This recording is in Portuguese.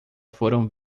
foram